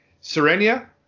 Serenia